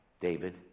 David